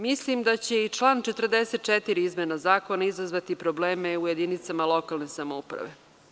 Mislim da će i član 44. izmene zakona izazvati probleme u jedinicama lokalne samouprave.